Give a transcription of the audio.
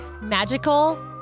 magical